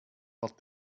but